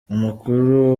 umukuru